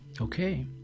Okay